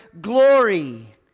glory